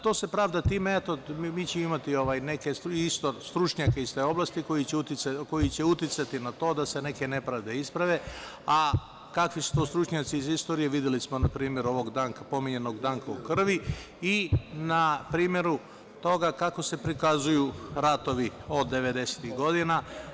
To se pravda time da ćemo imati neke stručnjake iz te oblasti koji će uticati na to da se neke nepravde isprave, a kakvi su to stručnjaci iz istorije videli smo na primeru ovog pominjanog "Danka u krvi" i na primeru toga kako se prikazuju ratovi od 90-ih godina.